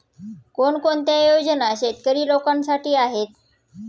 कोणकोणत्या योजना शेतकरी लोकांसाठी आहेत?